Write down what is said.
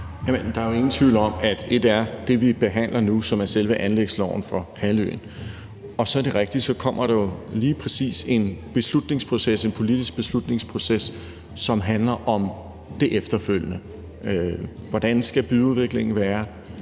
Der er jo ingen tvivl om, at ét er det, vi behandler nu, og som er selve anlægsloven for halvøen, og så er det rigtigt, at så kommer der jo lige præcis en beslutningsproces, en politisk beslutningsproces, som handler om det efterfølgende: Hvordan skal byudviklingen være